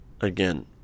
again